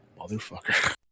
motherfucker